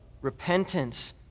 repentance